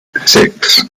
six